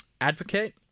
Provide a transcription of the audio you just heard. Advocate